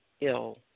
ill